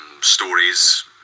stories